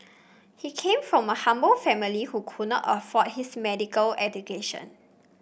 he came from a humble family who could not afford his medical education